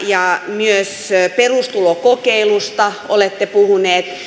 myös perustulokokeilusta olette puhuneet